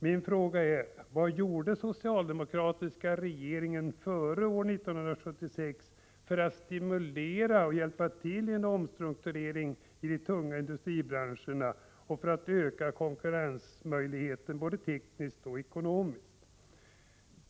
Min fråga är: Vad gjorde den socialdemokratiska regeringen före 1976 för att stimulera och hjälpa till med en omstrukturering i de tunga industribranscherna och öka konkurrensmöjligheterna både tekniskt och ekonomiskt?